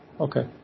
Okay